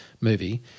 movie